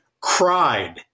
cried